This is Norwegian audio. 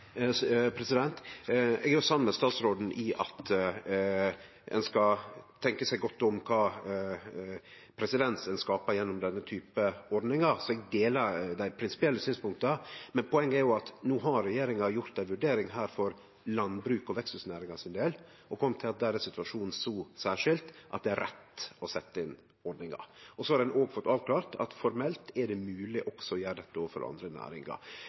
Eg er samd med statsråden i at ein skal tenkje seg godt om kva presedens ein skaper gjennom slike ordningar, så eg deler dei prinsipielle synspunkta. Poenget er at no har regjeringa gjort ei vurdering for landbruket og veksthusnæringa sin del og kome til at der er situasjonen så særskilt at det er rett å setje inn ordningar. Ein har òg fått avklart at formelt er det mogeleg å gjere dette for andre næringar.